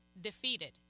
defeated